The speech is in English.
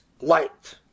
light